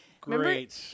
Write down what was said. Great